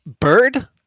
bird